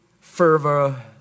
fervor